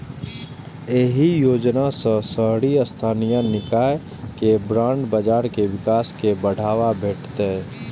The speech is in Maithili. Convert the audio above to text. एहि योजना सं शहरी स्थानीय निकाय के बांड बाजार के विकास कें बढ़ावा भेटतै